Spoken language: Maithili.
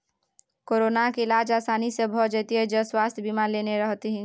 कोरोनाक इलाज आसानी सँ भए जेतियौ जँ स्वास्थय बीमा लेने रहतीह